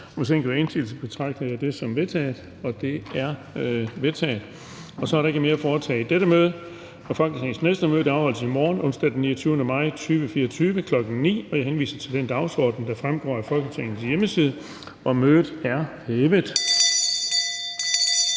Meddelelser fra formanden Den fg. formand (Erling Bonnesen): Der er ikke mere at foretage i dette møde. Folketingets næste møde afholdes i morgen, onsdag den 29. maj 2024, kl. 9.00. Jeg henviser til den dagsorden, der fremgår af Folketingets hjemmeside. Mødet er hævet.